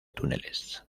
túneles